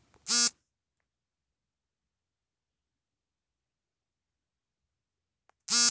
ಬೀಜಬಿತ್ತಿದಾಗ roller ಬೀಜದಸುತ್ತ ಮಣ್ಣನ್ನು ನಿಧನ್ವಾಗಿ ಬಿಗಿಮಾಡ್ತದೆ ಹಾಗೂ ದೃಢವಾದ್ ಬೀಜ ರೂಪಿಸುತ್ತೆ